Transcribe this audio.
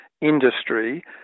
industry